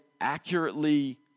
accurately